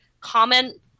comment